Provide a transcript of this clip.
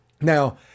Now